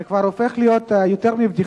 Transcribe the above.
זה כבר הופך להיות ליותר מבדיחה.